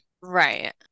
Right